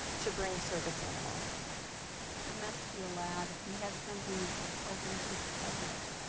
to bring service animals they must be allowed if we have something that's open to the public